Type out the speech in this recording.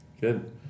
Good